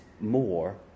more